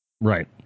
right